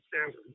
standard